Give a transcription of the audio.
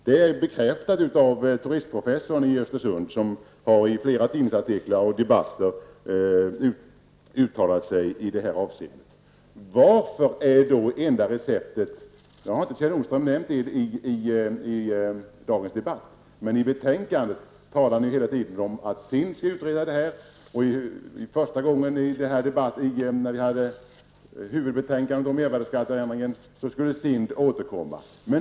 Detta har bekräftats av turistprofessorn i Östersund som i flera tidningsartiklar och i debatter har uttalat sig. Varför är då det enda receptet -- det har inte Kjell Nordström nämnt i dagens debatt, men i betänkandet finns det med hela tiden -- att SIND skall utreda saken. När huvudbetänkandet om mervärdeskatteändringen lades fram hette det att SIND skulle återkomma.